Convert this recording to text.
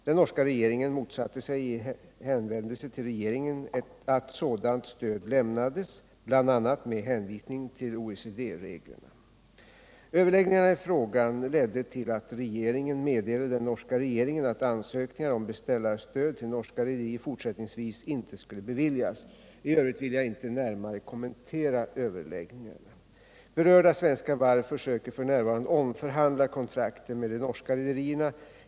Den norska regeringen motsatte sig i hänvändelse till regeringen att sådant stöd lämnades, bl.a. med hänvisning till OECD-reglerna. Överläggningarna i frågan ledde till att regeringen meddelade den norska regeringen att ansökningar om beställarstöd till norska rederier fortsättningsvis inte skulle beviljas. I övrigt vill jag inte närmare kommentera överläggningarna. Berörda svenska varv försöker f.n. omförhandla kontrakten med de norska rederierna.